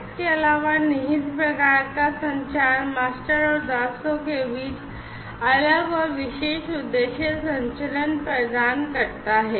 इसके अलावा निहित प्रकार का संचार मास्टर और दासों के बीच अलग और विशेष उद्देश्य संचरण प्रदान करता है